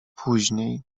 później